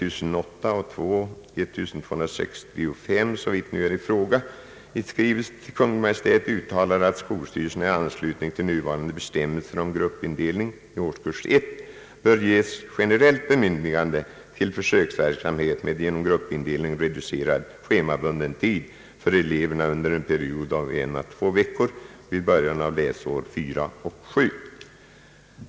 uttalar att skolstyrelserna i anslutning till nuvarande bestämmelser om gruppindelning i årskurs 1 bör ges generellt bemyndigande till försöksverksamhet med genom gruppindelning reducerad schemabunden tid för eleverna under en period om en å två veckor vid början av läsår 4 och 7.